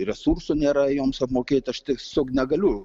resursų nėra joms apmokėti aš tiesiog negaliu